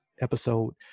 episode